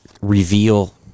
reveal